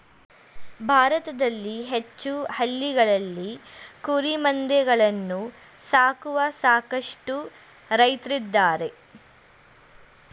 ಭಾರತದಲ್ಲಿ ಹೆಚ್ಚು ಹಳ್ಳಿಗಳಲ್ಲಿ ಕುರಿಮಂದೆಗಳನ್ನು ಸಾಕುವ ಸಾಕಷ್ಟು ರೈತ್ರಿದ್ದಾರೆ